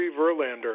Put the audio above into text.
Verlander